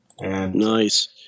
Nice